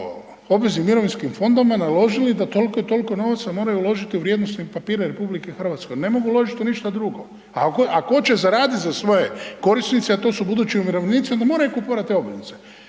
obveznim mirovinskim fondovima naložili da toliko i toliko novaca moraju uložiti u vrijednosnim papirima RH, ne mogu uložiti u ništa drugo. Ako hoće zaraditi za svoje korisnice, a to su budući umirovljenici, onda moraju kupovati obveznice.